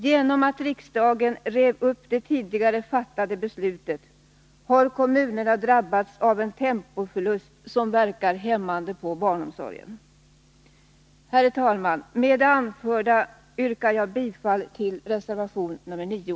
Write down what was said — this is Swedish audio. På grund av att riksdagen rev upp det tidigare fattade beslutet har kommunerna drabbats av en tempoförlust, som verkar hämmande på barnomsorgen. Herr talman! Med det anförda yrkar jag bifall till reservation nr 9.